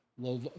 low